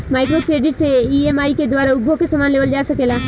micro credit से EMI के द्वारा उपभोग के समान लेवल जा सकेला